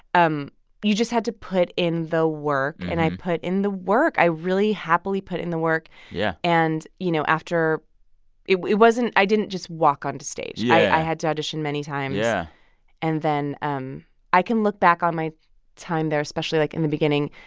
um you just had to put in the work. and i put in the work. i really happily put in the work. yeah and, you know, after it wasn't i didn't just walk onto stage. yeah i had to audition many times yeah and then um i can look back on my time there, especially, like, in the beginning,